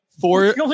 four